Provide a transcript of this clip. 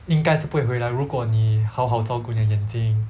应该是不会回来如果你好好照顾你的眼睛